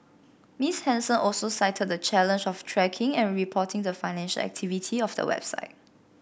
Miss Henson also cited the challenge of tracking and reporting the financial activity of the website